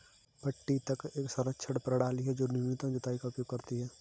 पट्टी तक एक संरक्षण प्रणाली है जो न्यूनतम जुताई का उपयोग करती है